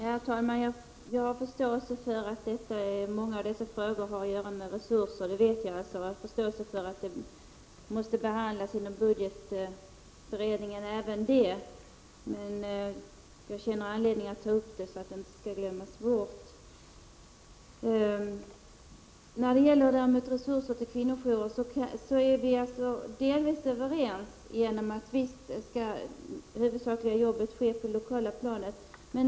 Herr talman! Jag har förståelse för att många av dessa frågor har att göra med resurser och därför måste behandlas inom budgetberedningen. Jag känner dock att det finns anledning att ta upp dem, så att de inte skall glömmas bort. När det däremot gäller resurser till kvinnojourer är vi delvis överens — det huvudsakliga arbetet skall ske på det lokala planet.